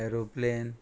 aeroplane